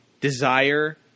desire